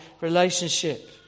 relationship